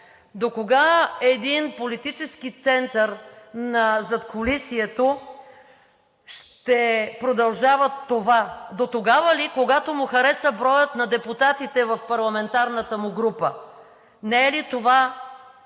Докога един политически център на задкулисието ще продължава това? Дотогава ли, когато му хареса броят на депутатите в парламентарната му група? Не е ли това